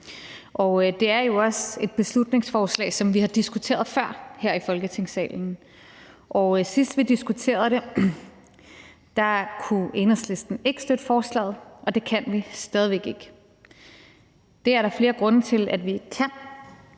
Det er jo også et beslutningsforslag, som vi har diskuteret før her i Folketingssalen, og sidst vi diskuterede det, kunne Enhedslisten ikke støtte forslaget, og det kan vi stadig væk ikke. Det er der flere grunde til at vi ikke